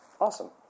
Awesome